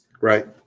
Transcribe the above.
Right